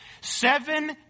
Seven